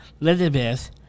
Elizabeth